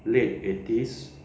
late eighties